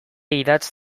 idatz